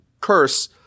curse